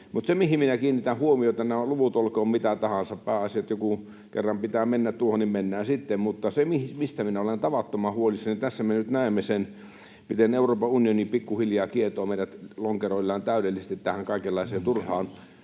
Mutta se, mihin minä kiinnitän huomiota — nämä luvut olkoot mitä tahansa, pääasia on, että kun kerran pitää mennä tuohon, niin mennään sitten — se, mistä olen tavattoman huolissani, on se, että tässä me nyt näemme sen, miten Euroopan unioni pikkuhiljaa kietoo meidät lonkeroillaan täydellisesti tähän kaikenlaiseen turhaan.